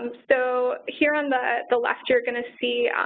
um so here on the the left, you're going to see